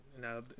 now